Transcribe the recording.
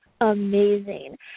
amazing